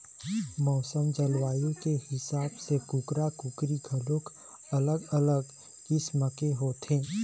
मउसम, जलवायु के हिसाब ले कुकरा, कुकरी घलोक अलग अलग किसम के होथे